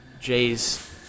Jay's